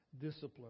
discipline